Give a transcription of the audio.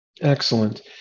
Excellent